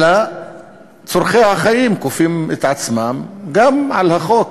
אלא צורכי החיים כופים את עצמם גם על החוק,